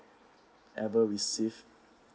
ever receive